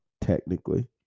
technically